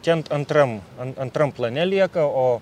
ten antram antram plane lieka o